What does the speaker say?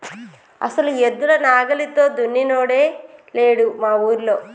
అసలు ఎద్దుల నాగలితో దున్నినోడే లేడు మా ఊరిలో